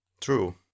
True